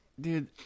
dude